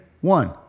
One